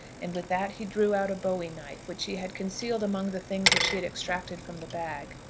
and with that he drew out a bowie-knife which he had concealed among the things which he had extracted from the bag.